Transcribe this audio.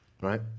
right